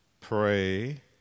Pray